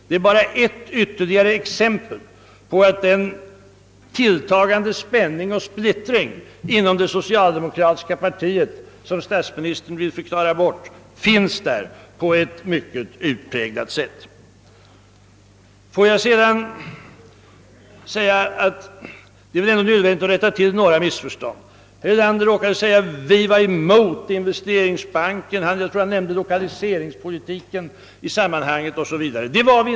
Detta är ett ytterligare exempel på den tilltagande spänning och splittring inom det socialdemokratiska partiet som statsministern vill förklara bort men som finns där på ett mycket utpräglat sätt. Vidare är det nödvändigt att rätta till några missförstånd. Herr Erlander råkade säga att vi inom folkpartiet motsatte oss investeringsbanken, och jag tror också han nämnde lokaliseringspolitiken m.m. i sammanhanget. Det gjorde vi inte.